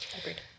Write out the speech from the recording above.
Agreed